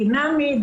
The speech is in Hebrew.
דינמי,